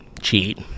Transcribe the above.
cheat